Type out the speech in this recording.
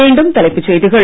மீண்டும் தலைப்புச் செய்திகள்